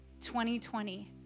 2020